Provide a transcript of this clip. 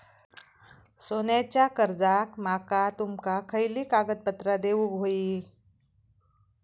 सोन्याच्या कर्जाक माका तुमका खयली कागदपत्रा देऊक व्हयी?